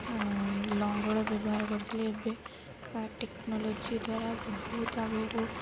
ଆ ଲଙ୍ଗଳ ବ୍ୟବହାର କରିୁଥିଲେ ଏବେକା ଟେକ୍ନୋଲୋଜି ଦ୍ୱାରା ବହୁତ ଆଗକୁ